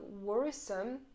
worrisome